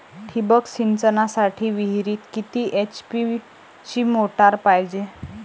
ठिबक सिंचनासाठी विहिरीत किती एच.पी ची मोटार पायजे?